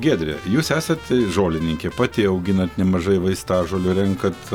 giedre jūs esat žolininkė pati auginat nemažai vaistažolių renkat